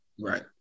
Right